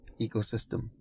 ecosystem